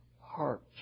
heart